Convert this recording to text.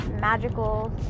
magical